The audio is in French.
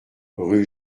rue